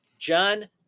John